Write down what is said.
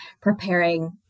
preparing